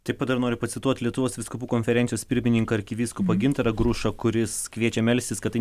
taip pat dar noriu pacituot lietuvos vyskupų konferencijos pirmininką arkivyskupą gintarą grušą kuris kviečia melstis kad tai